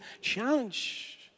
challenge